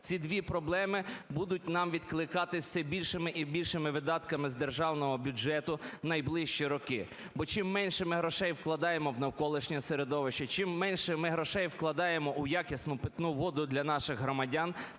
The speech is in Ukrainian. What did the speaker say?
Ці дві проблеми будуть нам відкликатись все більшими і більшими видатками з державного бюджету в найближчі роки. Бо, чим менше ми грошей вкладаємо в навколишнє середовище, чим менше ми грошей вкладаємо в якісну питну воду для наших громадян,